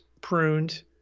pruned